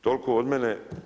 Toliko od mene.